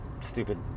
stupid